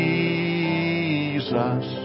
Jesus